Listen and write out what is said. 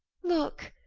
look,